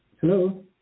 Hello